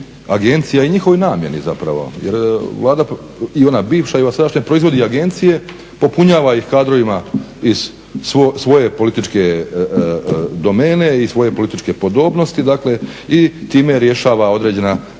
agencija i njihovoj namjeni zapravo. Jer Vlada i ona bivša i ova sadašnja proizvodi agencije, popunjava ih kadrovima iz svoje političke domene, iz svoje političke podobnosti i time rješava određena